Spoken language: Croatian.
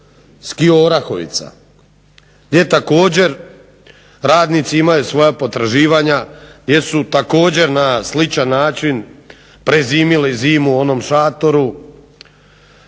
KIO Orahovica, gdje također radnici imaju svoja potraživanja jer su također na sličan način prezimili zimu u onom šatoru.